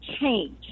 change